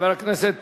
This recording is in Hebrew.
חבר הכנסת